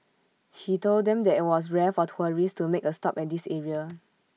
he told them that IT was rare for tourists to make A stop at this area